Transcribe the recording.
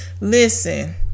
Listen